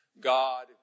God